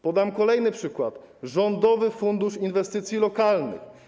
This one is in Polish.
Podam kolejny przykład: Rządowy Fundusz Inwestycji Lokalnych.